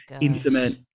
intimate